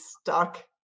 stuck